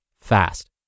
fast